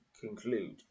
conclude